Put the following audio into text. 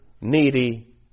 needy